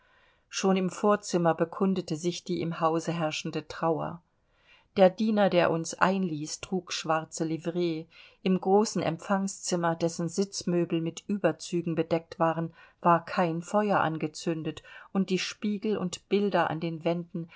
schon im vorzimmer bekundete sich die im hause herrschende trauer der diener der uns einließ trug schwarze livree im großen empfangszimmer dessen sitzmöbel mit überzügen bedeckt waren war kein feuer angezündet und die spiegel und bilder an den wänden